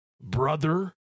brother